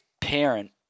parent